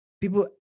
people